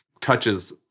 touches